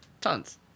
Tons